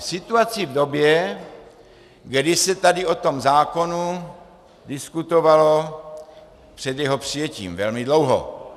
Situaci v době, kdy se tady o tom zákonu diskutovalo před jeho přijetím velmi dlouho.